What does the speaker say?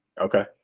Okay